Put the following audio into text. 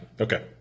Okay